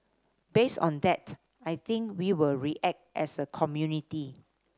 based on that I think we will react as a community